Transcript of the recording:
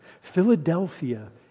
Philadelphia